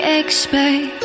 expect